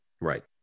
Right